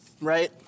right